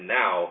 now